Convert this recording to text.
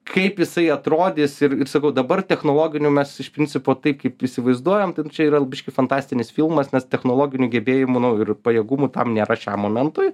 kaip jisai atrodys ir ir sakau dabar technologinių mes iš principo taip kaip įsivaizduojam nu čia yra biškį fantastinis filmas nes technologinių gebėjimų nu ir pajėgumų tam nėra šiam momentui